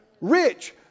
Rich